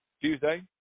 Tuesday